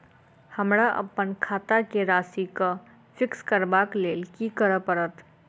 हमरा अप्पन खाता केँ राशि कऽ फिक्स करबाक लेल की करऽ पड़त?